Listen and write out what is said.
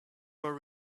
were